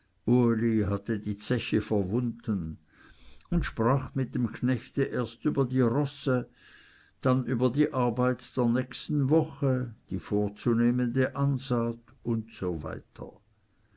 hatte die zeche verwunden und sprach mit dem knechte erst über die rosse dann über die arbeit der nächsten woche die vorzunehmende ansaat usw